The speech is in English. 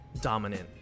dominant